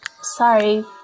sorry